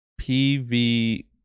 PV